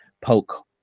poke